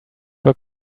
were